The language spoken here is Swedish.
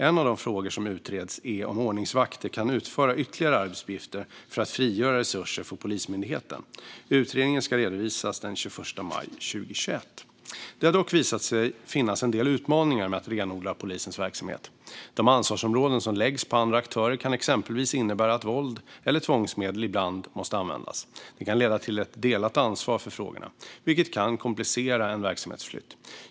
En av de frågor som utreds är om ordningsvakter kan utföra ytterligare arbetsuppgifter för att frigöra resurser för Polismyndigheten. Utredningen ska redovisas den 21 maj 2021. Det har dock visat sig finnas en del utmaningar med att renodla polisens verksamhet. De ansvarsområden som läggs på andra aktörer kan exempelvis innebära att våld eller tvångsmedel ibland måste användas. Det kan leda till ett delat ansvar för frågorna, vilket kan komplicera en verksamhetsflytt.